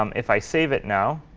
um if i save it now,